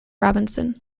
robinson